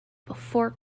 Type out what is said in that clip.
before